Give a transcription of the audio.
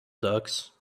ducks